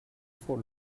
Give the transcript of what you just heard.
for